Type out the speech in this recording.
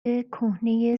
کهنه